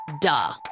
Duh